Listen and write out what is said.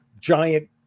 giant